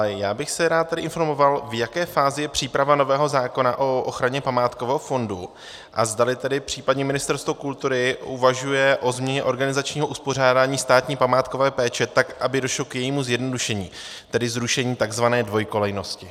Já bych se rád tady informoval, v jaké fázi je příprava nového zákona o ochraně památkového fondu a zdali tedy případně Ministerstvo kultury uvažuje o změně organizačního uspořádání státní památkové péče tak, aby došlo k jejímu zjednodušení, tedy zrušení tzv. dvojkolejnosti.